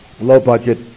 Low-budget